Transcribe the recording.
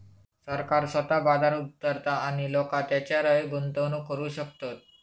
सरकार स्वतः बाजारात उतारता आणि लोका तेच्यारय गुंतवणूक करू शकतत